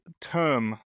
term